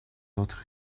autre